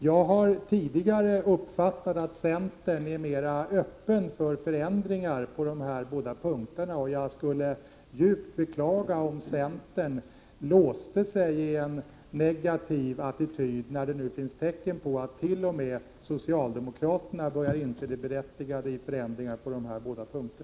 Jag har tidigare uppfattat det så att centern varit mer öppen för förändringar på dessa punkter, och jag skulle djupt beklaga om centern låste sig i en negativ attityd, när det nu finns tecken på att t.o.m. socialdemokraterna börjar inse det berättigade i förändringar på dessa båda punkter.